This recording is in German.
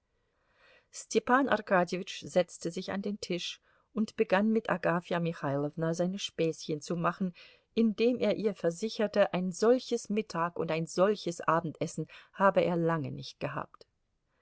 arkadjewitsch setzte sich an den tisch und begann mit agafja michailowna seine späßchen zu machen indem er ihr versicherte ein solches mittag und ein solches abendessen habe er lange nicht gehabt